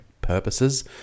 purposes